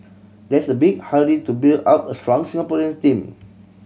there's a big hurry to build up a strong Singaporeans team